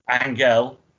Angel